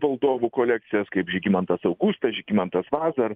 valdovų kolekcijas kaip žygimantas augustas žygimantas vaza